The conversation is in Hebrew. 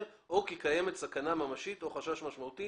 או כי קיימת סכנה ממשית או חשש משמעותי